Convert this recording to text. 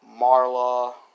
Marla